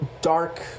dark